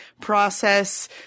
process